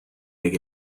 make